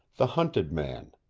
the hunted man,